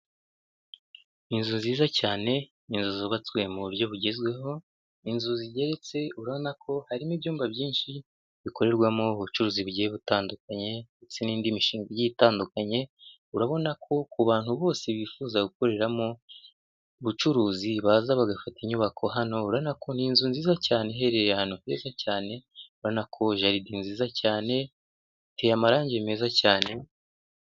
Inzu nziza cyane, inzu zubatswe mu buryo bugezweho, inzu zigeretse, urabona ko harimo ibyumba byinshi bikorerwamo ubucuruzi bugiye butandukanye ndetse n'indi mishinga igiye itandukanye. Urabona ko ku bantu bose bifuza gukoreramo ubucuruzi baza bagafata inyubako hano urabona ko ni inzu nziza cyane iherereye ahantu heza cyane, urabona ko jaride nziza cyane iteye amarangi meza cyane.